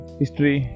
history